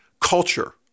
culture